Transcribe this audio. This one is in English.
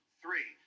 three